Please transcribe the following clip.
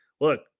look